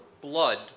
blood